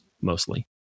mostly